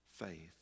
faith